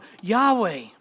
Yahweh